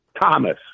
Thomas